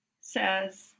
says